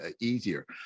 easier